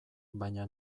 baina